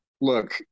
Look